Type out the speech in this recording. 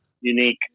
unique